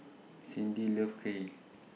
Cyndi loves Kheer